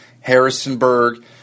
Harrisonburg